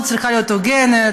הצרכנות צריכה להיות הוגנת,